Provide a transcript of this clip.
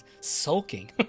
sulking